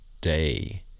day